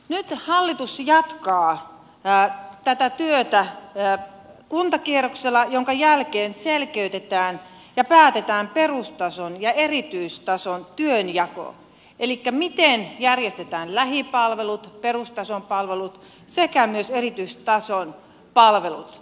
nyt hallitus jatkaa tätä työtä kuntakierroksella jonka jälkeen selkeytetään ja päätetään perustason ja erityistason työnjako elikkä se miten järjestetään lähipalvelut perustason palvelut sekä myös erityistason palvelut